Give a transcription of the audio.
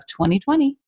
2020